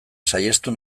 saihestu